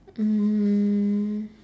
um